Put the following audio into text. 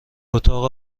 اتاق